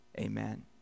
Amen